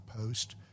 post